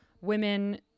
women